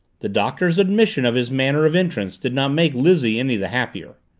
the doctor's admission of his manner of entrance did not make lizzie any the happier.